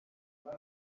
muri